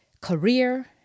Career